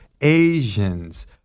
Asians